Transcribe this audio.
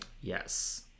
Yes